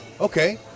Okay